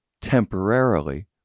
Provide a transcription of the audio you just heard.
temporarily